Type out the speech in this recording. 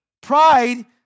pride